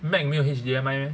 mac 没有 H_D_M_I meh